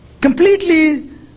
completely